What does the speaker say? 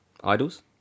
Idols